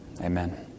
Amen